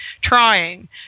trying